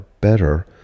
better